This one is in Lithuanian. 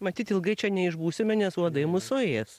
matyt ilgai čia neišbūsime nes uodai mus suės